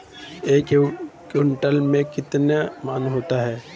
एक क्विंटल में कितने मन होते हैं?